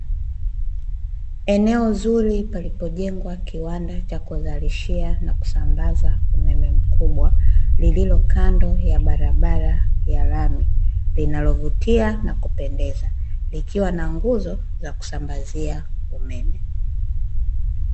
Eneo zuri palipojengwa kiwanda cha kuzalishia na kusambaza umeme mkubwa, lililo kando ya barabara ya lami linalovutia na kupendeza, likiwa na nguzo za kusambazia umeme.